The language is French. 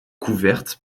couverte